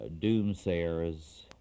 doomsayers